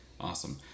awesome